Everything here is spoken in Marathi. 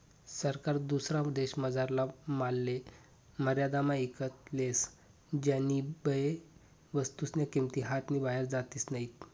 सरकार दुसरा देशमझारला मालले मर्यादामा ईकत लेस ज्यानीबये वस्तूस्न्या किंमती हातनी बाहेर जातीस नैत